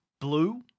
blue